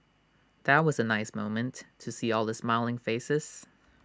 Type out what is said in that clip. that was A nice moment to see all the smiling faces